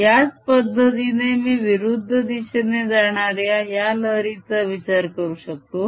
याच पद्धतीने मी विरुद्ध दिशेने जाणाऱ्या या लहरीचा विचार करू शकतो